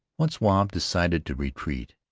once wahb decided to retreat,